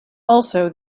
also